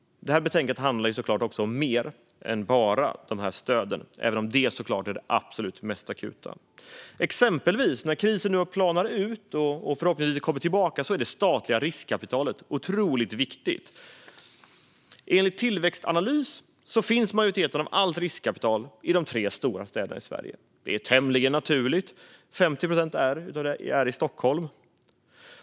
Betänkandet handlar om mer än bara dessa stöd, även om de såklart är det som är mest akut. Men när krisen planar ut och förhoppningsvis inte kommer tillbaka är det statliga riskkapitalet otroligt viktigt. Enligt Tillväxtanalys finns majoriteten av allt riskkapital i Sveriges tre största städer. Det är tämligen naturligt att 50 procent finns i Stockholm.